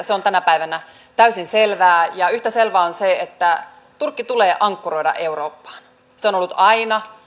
se on tänä päivänä täysin selvää ja yhtä selvää on se että turkki tulee ankkuroida eurooppaan se on ollut aina